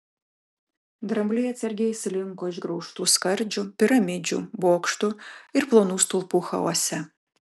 drambliai atsargiai slinko išgraužtų skardžių piramidžių bokštų ir plonų stulpų chaose